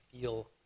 feel